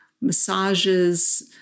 massages